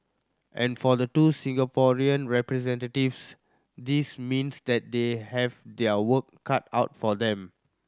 and for the two Singaporean representatives this means that they have their work cut out for them